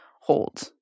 hold –